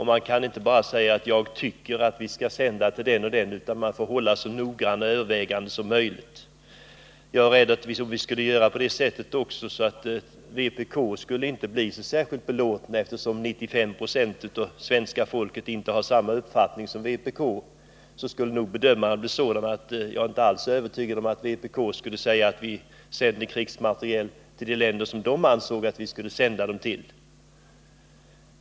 Man kan inte bara säga att man tycker att vi skall sända vapen till den och den befrielserörelsen, utan man får göra så noggranna överväganden som möjligt. Jag tror inte heller att vpk skulle bli så särskilt belåtet. Eftersom 95 20 av svenska folket inte har samma uppfattning som vpk, skulle nog bedömningarna bli sådana att jag inte alls är övertygad om att vi skulle sända krigsmateriel till de länder som vpk anser att vi skall sända den till.